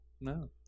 No